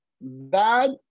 bad